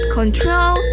control